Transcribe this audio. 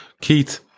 Keith